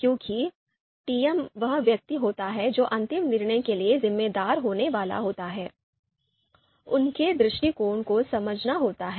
क्योंकि डीएम वह व्यक्ति होता है जो अंतिम निर्णय के लिए जिम्मेदार होने वाला होता है उनके दृष्टिकोण को समझना होता है